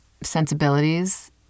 sensibilities